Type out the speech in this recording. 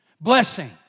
blessing